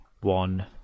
one